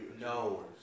No